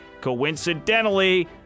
Coincidentally